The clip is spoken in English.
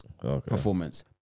performance